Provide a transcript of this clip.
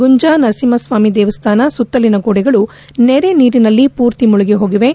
ಗುಂಜಾ ನರಸಿಂಹಸ್ವಾಮಿ ದೇವಸ್ವಾನ ಸುತ್ತಲಿನ ಗೋಡೆಗಳು ನೆರೆ ನೀರಿನಲ್ಲಿ ಪೂರ್ತಿ ಮುಳುಗಿ ಹೋಗಿವೆ